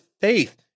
faith